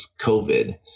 COVID